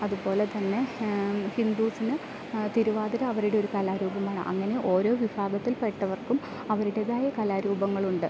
അതുപോലെ തന്നെ ഹിന്ദൂസിന് തിരുവാതിര അവരുടെ ഒരു കലാരൂപമാണ് അങ്ങനെ ഓരോ വിഭാഗത്തിൽ പെട്ടവർക്കും അവരുടേതായ കലാരൂപങ്ങൾ ഉണ്ട്